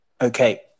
Okay